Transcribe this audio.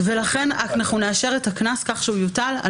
ולכן אנחנו נאשר את הקנס כך שהוא יוטל על